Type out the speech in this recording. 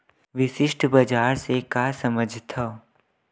विशिष्ट बजार से का समझथव?